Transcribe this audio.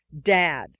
dad